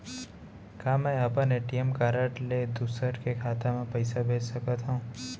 का मैं अपन ए.टी.एम कारड ले दूसर के खाता म पइसा भेज सकथव?